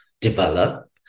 develop